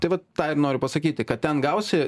tai va tą ir noriu pasakyti kad ten gausi